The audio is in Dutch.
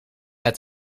uit